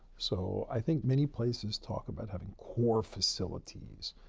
so, i think many places talk about having core facilities.